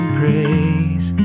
praise